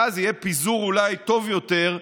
ואז יהיה אולי פיזור טוב יותר,